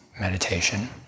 meditation